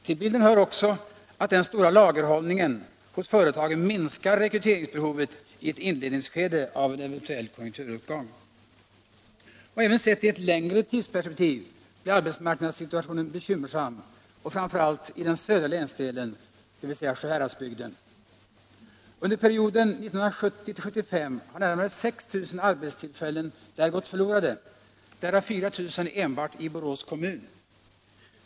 Till bilden hör också att den stora lagerhållningen hos företagen minskar rekryteringsbehovet i inledningsskedet av en eventuell konjunkturuppgång. Även sett i ett längre tidsperspektiv blir arbetsmarknadssituationen bekymmersam, framför allt i den södra länsdelen, dvs. Sjuhäradsbygden. Under perioden 1970-1975 har närmare 6 000 arbetstillfällen där gått förlorade, därav 4000 enbart i Borås kommun.